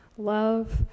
love